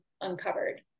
uncovered